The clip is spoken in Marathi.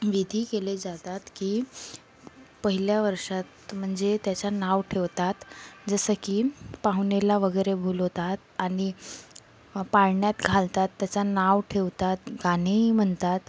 विधी केले जातात की पहिल्या वर्षात म्हणजे त्याचं नाव ठेवतात जसं की पाहुणेला वगैरे बोलवतात आणि पाळण्यात घालतात त्याचं नाव ठेवतात गाणेही म्हणतात